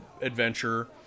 adventure